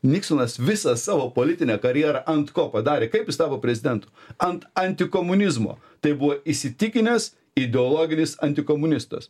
niksonas visą savo politinę karjerą ant ko padarė kaip jis tapo prezidentu ant antikomunizmo tai buvo įsitikinęs ideologinis antikomunistas